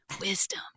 wisdom